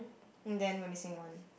then we are missing one